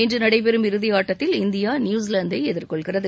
இன்று நடைபெறும் இறுதியாட்டத்தில் இந்தியா நியூசிலாந்தை எதிர்கொள்கிறது